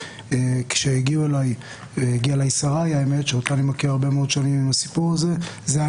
כשהגיעה אליי שריי עם הסיפור הזה זה היה